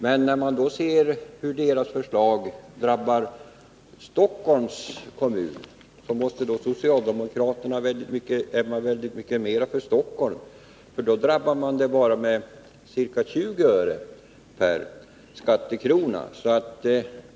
Men när man då ser hur socialdemokraternas förslag drabbar Stockholms kommun, finner man att socialdemokraterna är mycket mer för Stockholm, som bara drabbas med ca 20 öre per skattekrona.